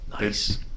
Nice